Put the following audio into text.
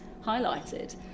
highlighted